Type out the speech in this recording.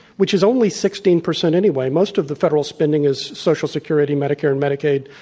which is only sixteen percent anyway. most of the federal spending is social security, medicare, and medicaid,